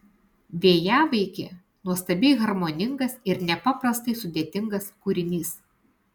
vėjavaikė nuostabiai harmoningas ir nepaprastai sudėtingas kūrinys